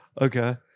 Okay